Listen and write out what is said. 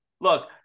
look